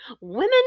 women